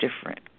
different